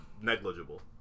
negligible